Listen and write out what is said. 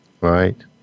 Right